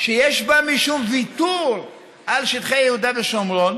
שיש בה משום ויתור על שטחי יהודה ושומרון,